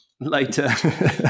later